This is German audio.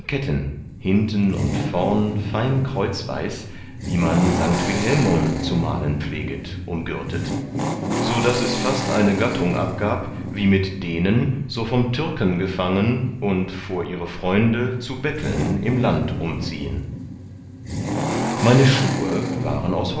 hinten und vorn fein kreuzweis wie man st wilhelmum zu malen pfleget umgürtet so daß es fast eine gattung abgab wie mit denen so vom türken gefangen und vor ihre freunde zu betteln im land umziehen meine schuhe waren